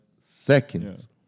seconds